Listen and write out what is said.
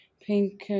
pink